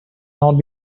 not